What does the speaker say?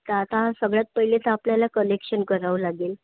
त आता सगळ्यात पहिले तर आपल्याला कलेक्शन करावं लागेल